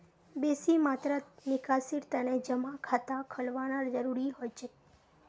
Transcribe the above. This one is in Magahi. बेसी मात्रात निकासीर तने जमा खाता खोलवाना जरूरी हो छेक